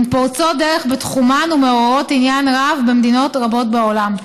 הן פורצות דרך בתחומן ומעוררות עניין רב במדינות רבות בעולם.